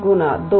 54321